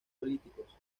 políticos